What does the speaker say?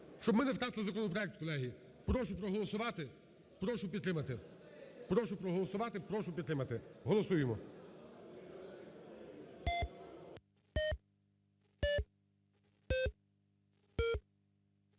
щоб ми не втратили законопроект, колеги. Прошу проголосувати, прошу підтримати, прошу проголосувати, прошу підтримати. Голосуємо.